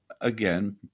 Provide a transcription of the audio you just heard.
again